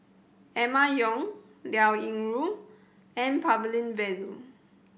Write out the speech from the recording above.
Emma Yong Liao Yingru N